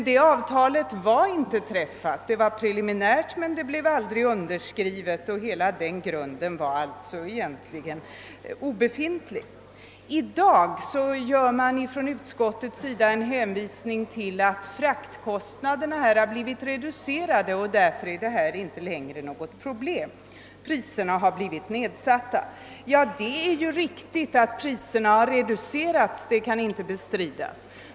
Det avtalet var emellertid inte träffat — det var preliminärt, men det blev aldrig underskrivet, och hela den grunden var alltså egentligen obefintlig. I dag hänvisar utskottet till att fraktkostnaderna här har blivit reducerade och att detta därför inte längre skulle vara något problem eftersom priserna har blivit nedsatta. Ja, det är riktigt att priserna har reducerats; det kan inte bestridas.